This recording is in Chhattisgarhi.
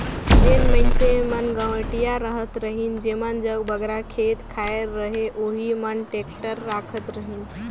जेन मइनसे मन गवटिया रहत रहिन जेमन जग बगरा खेत खाएर रहें ओही मन टेक्टर राखत रहिन